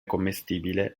commestibile